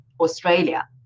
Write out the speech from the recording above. Australia